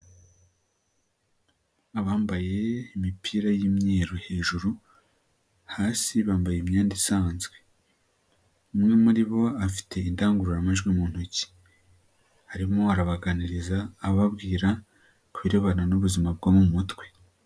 Abambaye imipira y'imyeru hejuru, hasi bambaye imyenda isanzwe. Umwe muri bo afite indangururamajwi mu ntoki. Arimo arabaganiriza ababwira, ku birebana n'ubuzima bwo mu mutwe.